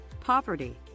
poverty